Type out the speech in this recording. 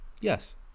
Yes